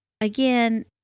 again